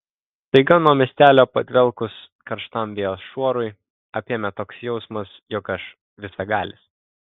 staiga nuo miestelio padvelkus karštam vėjo šuorui apėmė toks jausmas jog aš visagalis